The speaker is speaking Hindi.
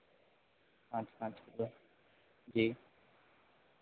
पाँच पाँच किलो जी